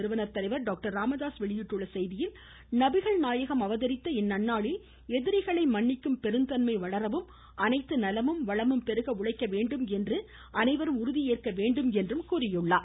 நிறுவனர் மருத்துவர் ராமதாஸ் வெளியிட்ட வாழ்த்து செய்தியில் நபிகள் நாயகம் அவதரித்த இந்நன்னாளில் எதிரிகளை மன்னிக்கும் பெருந்தன்மை வளரவும் அனைத்து நலமும் வளமும் பெருக உழைக்க வேண்டும் என அனைவரும் உறுதி ஏற்க வேண்டும் எனவும் கூறியுள்ளார்